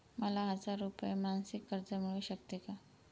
मला हजार रुपये मासिक कर्ज मिळू शकते का?